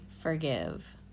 forgive